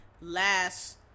last